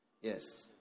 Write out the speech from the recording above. Yes